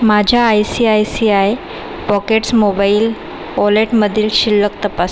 माझ्या I C I C I pockets mobile वॉलेटमधील शिल्लक तपास्